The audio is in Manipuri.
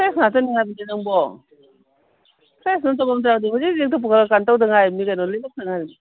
ꯐ꯭ꯔꯦꯁ ꯉꯥꯛꯇꯅꯤ ꯍꯥꯏꯕꯅꯤ ꯅꯪꯕꯣ ꯐꯔꯦꯁ ꯅꯠꯇꯕ ꯑꯃꯠꯇ ꯌꯥꯎꯗꯦ ꯍꯧꯖꯤꯛ ꯍꯧꯖꯤꯛꯇ ꯀꯩꯅꯣ ꯇꯧꯕꯗ ꯉꯥꯏꯔꯤꯕꯅꯤ ꯀꯩꯅꯣ ꯂꯦꯜꯂꯛꯄꯇ ꯉꯥꯏꯔꯤꯕꯅꯤ